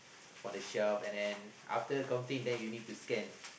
from the shelf and then after counting then you need to scan